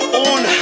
own